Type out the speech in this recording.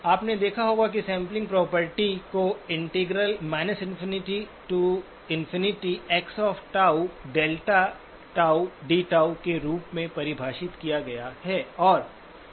आपने देखा होगा कि सैंपलिंग प्रॉपर्टी को के रूप में परिभाषित किया गया है